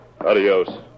Adios